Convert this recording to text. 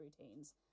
routines